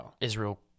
Israel